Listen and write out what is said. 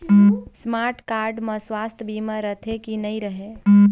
Smart card म सुवास्थ बीमा रथे की नई रहे?